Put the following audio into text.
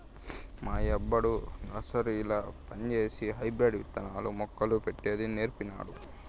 మా యబ్బొడు నర్సరీల పంజేసి హైబ్రిడ్ విత్తనాలు, మొక్కలు పెట్టేది నీర్పినాడు